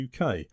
UK